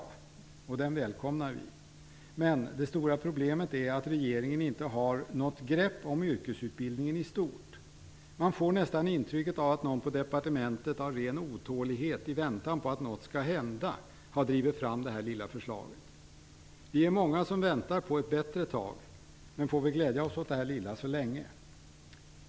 Vi välkomnar den. Men det stora problemet är att regeringen inte har något grepp om yrkesutbildningen i stort. Man får nästan intrycket av att någon på departementet har drivit fram den här lilla förslaget av ren otålighet i väntan på att något skall hända. Vi är många som väntar på ett bättre förslag, men vi får väl glädja oss åt det lilla så länge.